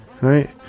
right